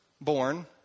born